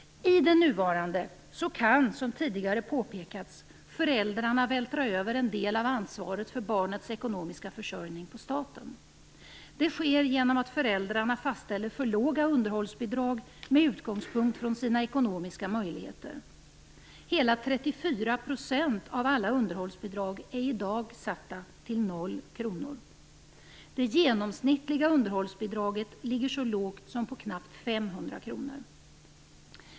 I det nuvarande systemet kan, som tidigare påpekats, föräldrarna vältra över en del av ansvaret för barnets ekonomiska försörjning på staten. Det sker genom att föräldrarna fastställer för låga underhållsbidrag med utgångspunkt från sina ekonomiska möjligheter. Hela 34 % av alla underhållsbidrag är i dag satta till 0 kr. Det genomsnittliga underhållsbidraget ligger så lågt som på knappt 500 kr.